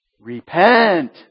Repent